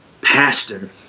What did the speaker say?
pastor